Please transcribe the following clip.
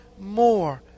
more